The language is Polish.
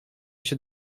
się